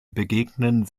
begegnen